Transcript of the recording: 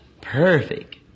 perfect